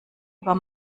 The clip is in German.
über